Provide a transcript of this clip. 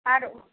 আর